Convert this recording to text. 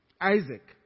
Isaac